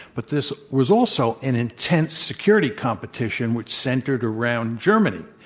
but this was also an intense security competition, which centered around germany.